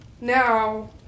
Now